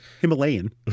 Himalayan